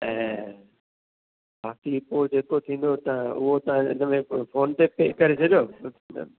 ऐं बाक़ी पोइ जेको थींदो त उहो तव्हां हिन में फोन ते पे करे छॾियो